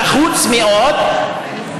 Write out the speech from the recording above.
נחוץ מאוד בצל,